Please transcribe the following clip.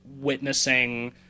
witnessing